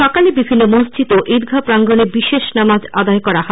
সকালে বিভিল্ল মসজিদ ও ঈদগা প্রাঙ্গনে বিশেষ নামাজ আদায় করা হয়